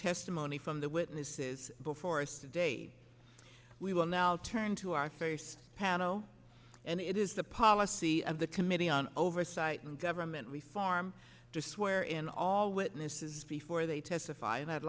testimony from the witnesses before us today we will now turn to our first panel and it is the policy of the committee on oversight and government reform to swear in all witnesses before they testify and i'd